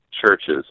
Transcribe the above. churches